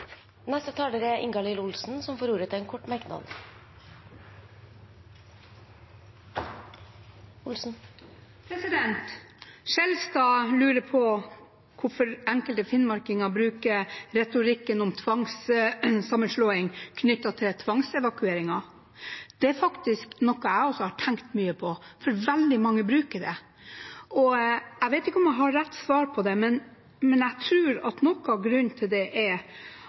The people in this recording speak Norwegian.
Ingalill Olsen har hatt ordet to ganger tidligere og får ordet til en kort merknad, begrenset til 1 minutt. Skjelstad lurer på hvorfor enkelte finnmarkinger bruker retorikken om tvangssammenslåing knyttet til tvangsevakueringer. Det er faktisk noe jeg også har tenkt mye på, for veldig mange bruker den. Jeg vet ikke om jeg har rett svar på det, men jeg tror noe av grunnen